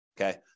okay